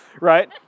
right